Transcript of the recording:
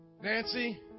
Nancy